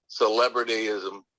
celebrityism